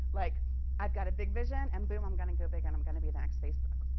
like i've got a big vision, and boom. i'm going to go big, and i'm going to be the next facebook.